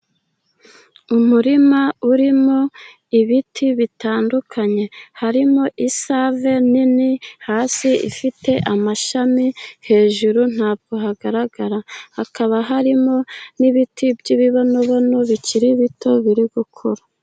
Umurima urimo ibiti bitandukanye , harimo isave nini hasi ifite amashami hejuru ntabwo hagaragara. Hakaba harimo n'ibiti by'ibibonobono bikiri bito biri gukura.